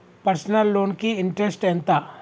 Personal loan కి interest ఎంత?